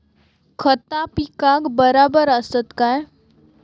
खता पिकाक बराबर आसत काय?